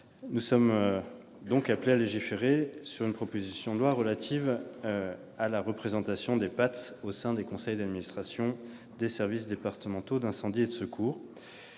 nous sommes appelés à légiférer sur une proposition de loi relative à la représentation des PATS au sein des conseils d'administration des services départementaux d'incendie et de secours.